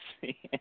see